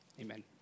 Amen